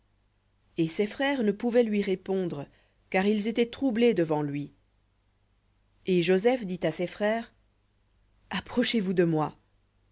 et ses frères ne pouvaient lui répondre car ils étaient troublés devant lui et joseph dit à ses frères approchez-vous de moi